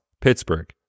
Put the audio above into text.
Pittsburgh